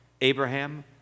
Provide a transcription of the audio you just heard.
Abraham